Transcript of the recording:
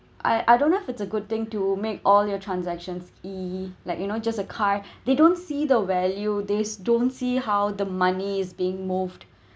I I don't know if it's a good thing to make all your transactions E like you know just a card they don't see the value they don't see how the money is being moved